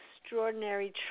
extraordinary